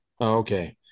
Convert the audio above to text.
okay